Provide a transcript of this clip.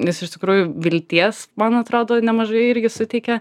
nes iš tikrųjų vilties man atrodo nemažai irgi suteikia